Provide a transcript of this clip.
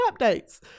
updates